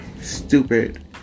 Stupid